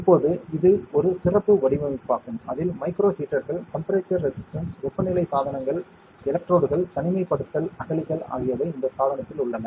இப்போது இது ஒரு சிறப்பு வடிவமைப்பாகும் அதில் மைக்ரோ ஹீட்டர்கள் டெம்பரேச்சர் ரெசிஸ்டன்ஸ் வெப்பநிலை சாதனங்கள் எலக்ட்ரோடுகள் தனிமைப்படுத்தல் அகழிகள் ஆகியவை இந்த சாதனத்தில் உள்ளன